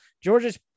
Georgia's